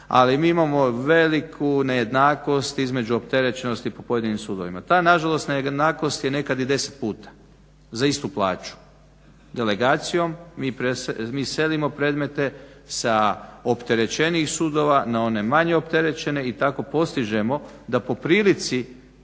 Ali mi imamo veliku nejednakost između opterećenosti po pojedinim sudovima. Ta na žalost nejednakost je nekad i 10 puta za istu plaću. Delegacijom mi selimo predmete sa opterećenijih sudova na one manje opterećene i tako postižemo da po prilici